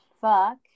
fuck